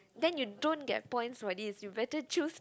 then you don't get points for this you better choose